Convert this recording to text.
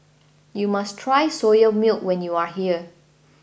you must try Soya Milk when you are here